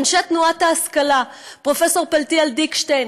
אנשי תנועת ההשכלה: פרופ' פלטיאל דיקשטיין,